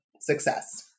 success